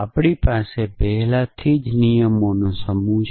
આપણી પાસે પહેલાથી જ નિયમોનો સમૂહ છે